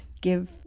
give